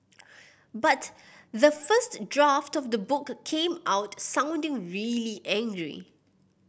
but the first draft of the book came out sounding really angry